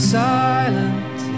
silent